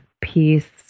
peace